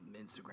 Instagram